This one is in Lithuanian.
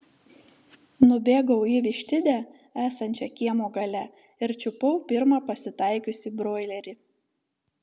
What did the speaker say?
nubėgau į vištidę esančią kiemo gale ir čiupau pirmą pasitaikiusį broilerį